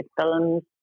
films